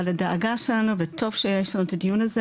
אבל הדאגה שלנו וטוב שיש לנו את הדיון הזה,